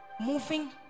moving